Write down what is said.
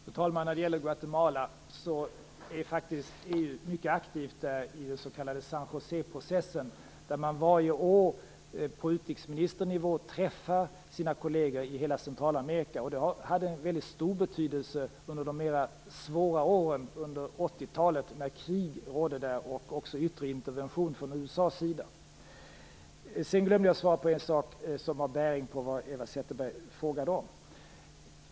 Fru talman! När det gäller Guatemala är faktiskt EU mycket aktivt i den s.k. San-Joséprocessen. Varje år träffar man på utrikesministernivå sina kolleger i hela Centralamerika. Det hade en väldigt stor betydelse under de svåra åren på 80-talet när krig rådde där, och när det skedde yttre intervention från USA:s sida. Sedan glömde jag att svara på en sak som har bäring på vad Eva Zetterberg frågade om.